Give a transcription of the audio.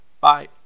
Bye